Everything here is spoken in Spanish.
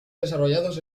desarrollados